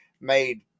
made